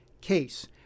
case